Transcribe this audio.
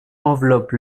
enveloppe